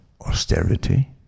austerity